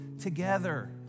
together